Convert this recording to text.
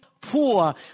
poor